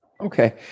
Okay